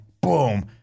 boom